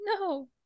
No